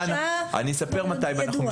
הרשעה זה ידוע.